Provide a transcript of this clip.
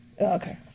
Okay